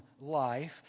life